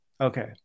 Okay